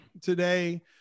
today